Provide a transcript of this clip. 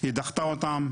היא דחתה אותם.